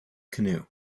canoe